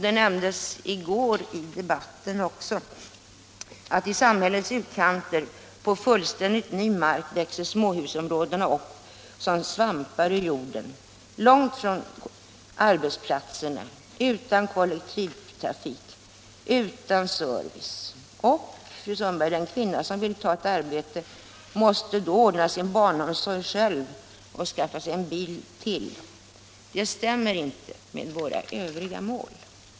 Det nämndes senast i debatten här i går att i samhällenas utkanter, på fullständigt ny mark, växer småhusområdena upp som svampar ur jorden — långt från arbetsplatserna, utan kollektivtrafik, utan service. Den kvinna som vill ta ett arbete, fru Sundberg, måste då ordna sin barnomsorg själv och skaffa sig en bil till. Det stämmer inte med våra övriga mål.